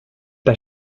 pas